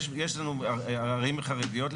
בערים החרדיות,